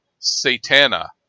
satana